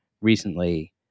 recently